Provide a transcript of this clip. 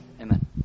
Amen